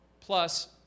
Plus